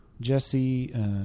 Jesse